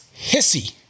Hissy